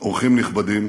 אורחים נכבדים,